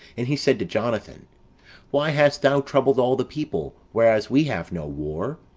and he said to jonathan why hast thou troubled all the people, whereas we have no war?